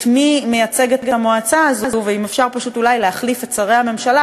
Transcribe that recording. את מי מייצגת המועצה הזאת והאם אפשר פשוט אולי להחליף את שרי הממשלה,